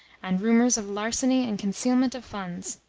and rumours of larceny and concealment of funds.